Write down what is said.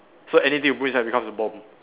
so anything you put inside it becomes a bomb